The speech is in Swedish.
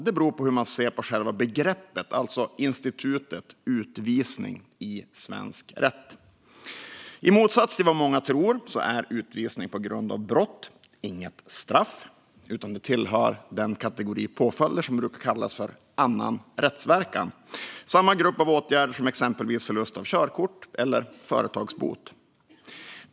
Det beror på hur man ser på själva begreppet, alltså institutet utvisning i svensk rätt. I motsats till vad många tror är utvisning på grund av brott inget straff utan tillhör den kategori påföljder som brukar kallas för annan rättsverkan. Det är samma grupp av åtgärder som exempelvis förlust av körkort eller företagsbot.